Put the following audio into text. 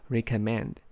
Recommend